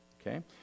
Okay